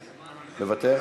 מוותר?